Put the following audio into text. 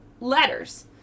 letters